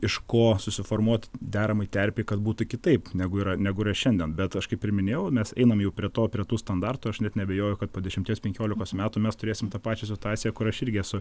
iš ko susiformuot deramai terpei kad būtų kitaip negu yra negu yra šiandien bet aš kaip ir minėjau mes einam jau prie to prie tų standartų aš net neabejoju kad po dešimties penkiolikos metų mes turėsim tą pačią situaciją kur aš irgi esu